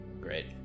Great